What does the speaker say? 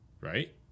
right